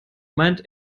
meint